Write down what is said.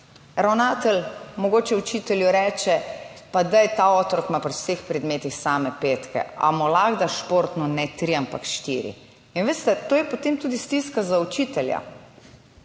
Ravnatelj mogoče učitelju reče, pa daj, ta otrok ima pri vseh predmetih same petke, ali mu lahko da športno ne tri, ampak štiri? In veste, to je potem tudi stiska za učitelja.